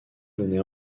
venaient